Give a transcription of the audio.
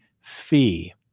fee